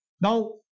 Now